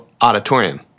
auditorium